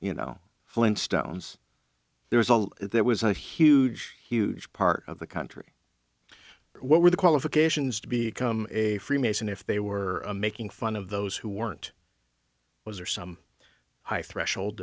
you know flintstones there was all there was a huge huge part of the country what were the qualifications to be become a freemason if they were making fun of those who weren't was or some high threshold